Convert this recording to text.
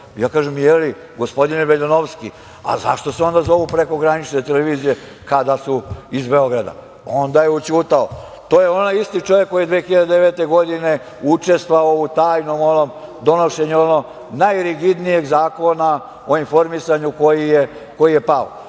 Ja kažem – jeli, gospodine Veljanovski, a zašto se onda zovu prekogranične televizije, kada su iz Beograda? Onda je ućutao. To je onaj isti čovek koji je 2009. godine učestvovao u onom tajnom donošenju onog najrigidnijeg Zakona o informisanju koji je pao.